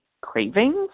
cravings